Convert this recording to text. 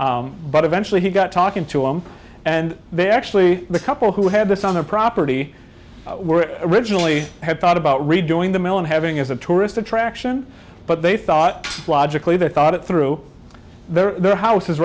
but eventually he got talking to him and they actually the couple who had this on their property were originally had thought about redoing the mill and having as a tourist attraction but they thought logically they thought it through their